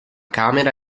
camera